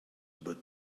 but